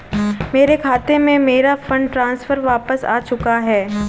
मेरे खाते में, मेरा फंड ट्रांसफर वापस आ चुका है